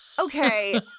Okay